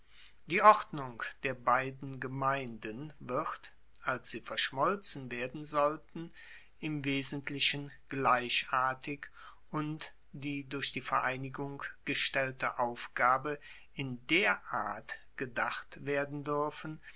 die ordnung der beiden gemeinden wird als sie verschmolzen werden sollten im wesentlichen gleichartig und die durch die vereinigung gestellte aufgabe in der art gedacht werden duerfen